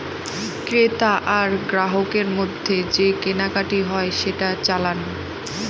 ক্রেতা আর গ্রাহকের মধ্যে যে কেনাকাটি হয় সেটা চালান